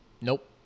Nope